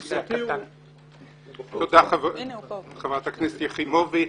תודה, חברת הכנסת יחימוביץ,